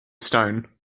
stone